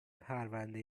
پرنده